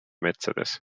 metsades